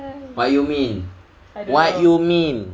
what you mean what you mean